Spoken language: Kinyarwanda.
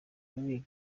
league